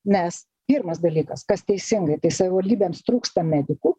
nes pirmas dalykas kas teisingai tai savivaldybėms trūksta medikų